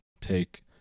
take